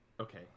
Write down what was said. Okay